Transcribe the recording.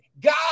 God